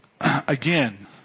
again